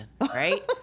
right